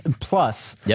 plus